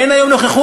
אין היום נוכחות.